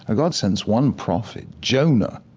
ah god sends one prophet, jonah,